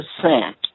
percent